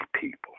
people